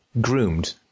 groomed